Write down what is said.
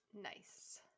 Nice